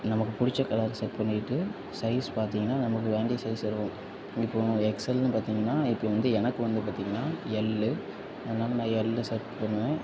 நமக்கு பிடிச்ச கலரை செலக் பண்ணிட்டு சைஸ் பார்த்தீங்கன்னா நமக்கு வேண்டிய சைஸ் எடுக்கணும் இப்போ எனக்கு எக்எல்ன்னு பார்த்தீங்கன்னா இப்போ வந்து எனக்கு வந்து பார்த்தீங்கன்னா எல்லு அதனால் நான் எல்லை செலக்ட் பண்ணுவேன்